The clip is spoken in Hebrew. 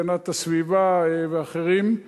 הגנת הסביבה ואחרים,